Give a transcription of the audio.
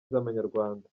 z’amanyarwanda